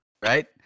Right